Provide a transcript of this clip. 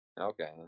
Okay